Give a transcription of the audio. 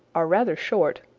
are rather short,